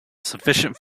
sufficient